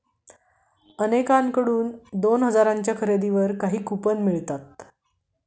अनेकांकडून दोन हजारांच्या खरेदीवर काही कूपन मिळतात